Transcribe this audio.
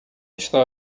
está